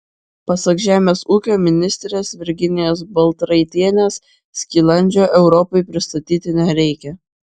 pasak žemės ūkio ministrės virginijos baltraitienės skilandžio europai pristatyti nereikia